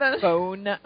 phone